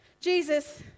Jesus